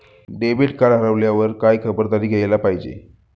Debit card हरवल्यावर काय खबरदारी घ्यायला पाहिजे?